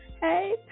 Hey